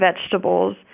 vegetables